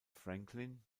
franklin